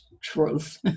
truth